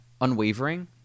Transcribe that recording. Unwavering